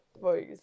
voice